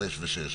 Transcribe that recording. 5 ו-6.